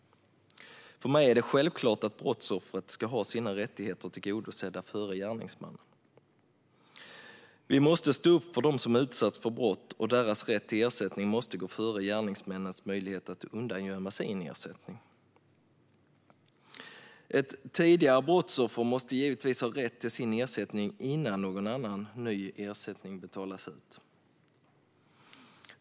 För mig är det självklart att brottsoffret ska få sina rättigheter tillgodosedda före gärningsmannen. Vi måste stå upp för dem som har utsatts för brott, och deras rätt till ersättning måste gå före gärningsmännens möjligheter att undangömma sin ersättning. Ett tidigare brottsoffer måste givetvis ha rätt till sin ersättning innan någon annan, ny ersättning betalas ut.